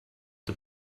the